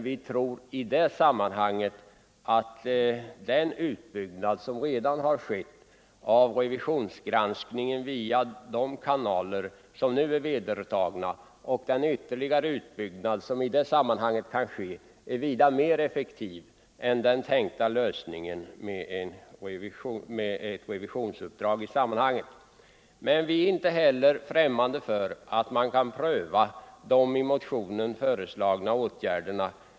Vi tror emellertid att den utbyggnad som redan har skett av revisionsgranskningen via de kanaler som nu är vedertagna och den ytterligare utbyggnad som kan ske blir någonting vida mer effektivt än den tänkta lösningen med ett revisionsuppdrag. Vi är inte främmande för att pröva de i motionen föreslagna åtgärderna.